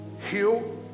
Heal